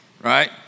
right